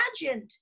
imagined